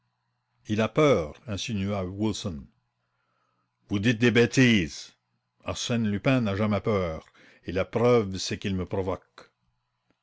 il a peur insinua wilson vous dites des bêtises arsène lupin n'a jamais peur et la preuve c'est qu'il me provoque